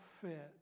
fit